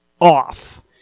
off